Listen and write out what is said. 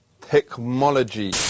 Technology